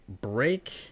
break